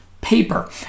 paper